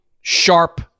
sharp